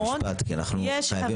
משפט, כי אנחנו חורגים קצת.